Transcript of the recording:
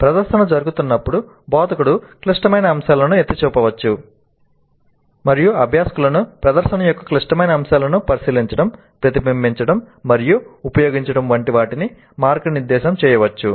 ప్రదర్శన జరుగుతున్నప్పుడు బోధకుడు క్లిష్టమైన అంశాలను ఎత్తి చూపవచ్చు మరియు అభ్యాసకులను ప్రదర్శన యొక్క క్లిష్టమైన అంశాలను పరిశీలించడం ప్రతిబింబించడం మరియు ఉపయోగించడం వంటి వాటికి మార్గనిర్దేశం చేయవచ్చు